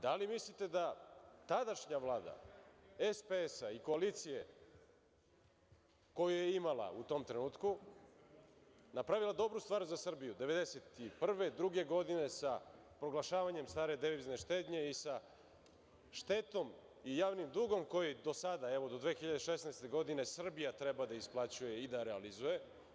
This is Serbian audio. Da li mislite da tadašnja Vlada, SPS-a i koalicije koju je imala u tom trenutku napravila dobru stvar za Srbiju 1991, 1992. godine sa proglašavanjem stare devizne štednje i sa štetom i sa javnim dugom koji do sada, do 2016. godine Srbija treba da isplaćuje i da realizuje.